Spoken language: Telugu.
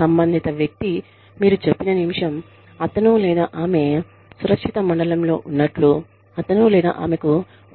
సంబంధిత వ్యక్తి మీరు చెప్పిన నిమిషం అతను లేదా ఆమె సురక్షిత మండలంలో ఉన్నట్లు అతను లేదా ఆమెకు